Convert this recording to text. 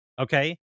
okay